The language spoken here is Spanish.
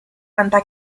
santa